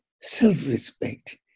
self-respect